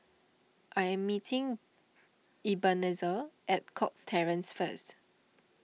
I am meeting Ebenezer at Cox Terrace first